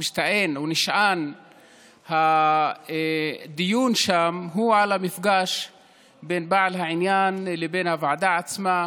נשען הדיון שם הוא על המפגש בין בעל העניין לבין הוועדה עצמה,